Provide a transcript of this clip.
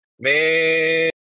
man